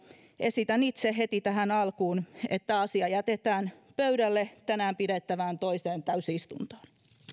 esitän itse heti tähän alkuun että asia jätetään pöydälle tänään pidettävään toiseen täysistuntoon